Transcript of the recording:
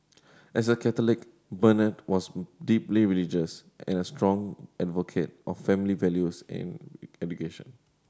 as a Catholic Bernard was deeply religious and a strong advocate of family values and education